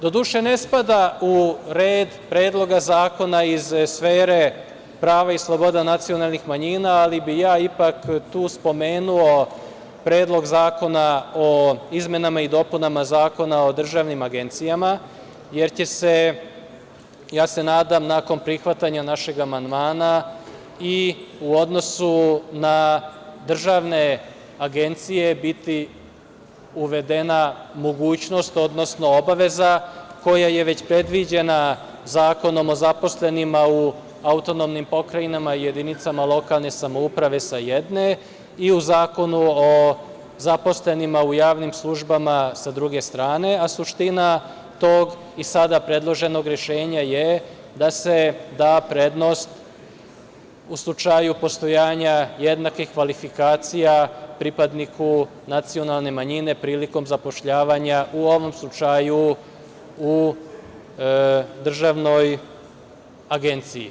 Doduše, ne spada u red predloga zakona iz sfere prava i sloboda nacionalnih manjina, ali bih ipak tu spomenuo Predlog zakona o izmenama i dopunama Zakona o državnim agencijama, jer će, ja se nadam, nakon prihvatanja našeg amandmana i u odnosu na državne agencije biti uvedena obaveza koja je već predviđena Zakonom o zaposlenima u autonomnim pokrajinama i jedinicama lokalne samouprave, sa jedne, i u Zakonu o zaposlenima u javnim službama, sa druge strane, suština tog predloženog rešenja je da se da prednost u slučaju postojanja jednakih kvalifikacija pripadniku nacionalne manjine prilikom zapošljavanja u ovom slučaju u državnoj agenciji.